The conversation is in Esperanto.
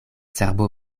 cerbo